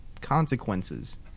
consequences